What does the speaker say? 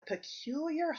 peculiar